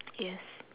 yes